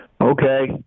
Okay